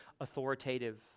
authoritative